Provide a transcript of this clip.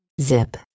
Zip